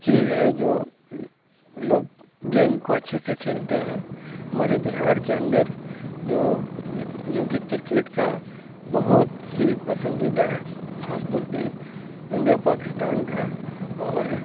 چیز ہے جو لوگ گیم کو اچھے سے کھیلتے ہیں ہمارے بہار کے اندر جو جوکہ کرکٹ کا بہت ہی پسندیدہ ہے خاص طور پہ انڈیا پاکستان کا اور